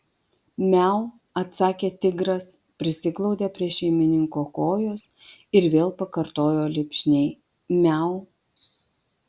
miau atsakė tigras prisiglaudė prie šeimininko kojos ir vėl pakartojo lipšniai miau